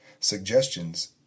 Suggestions